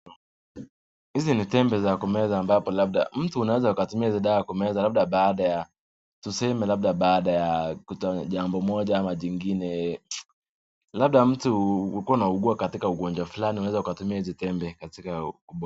Hizi ni tembe za kumeza ambapo labda mtu unaweza ukatumia hizi dawa kumeza labda baada ya tuseme labda baada ya kutoa jambo moja ama jingine, labda mtu ulikuwa unaugua katika ugonjwa fulani unaweza ukatumia hizi tembe katika kubo...